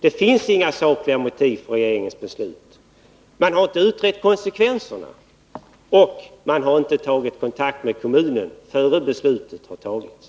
Det finns inga sakliga motiv för regeringens beslut. Man har inte utrett konsekvenserna, och man hade inte tagit kontakt med kommunen, innan beslutet fattades.